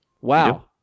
Wow